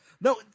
No